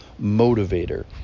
motivator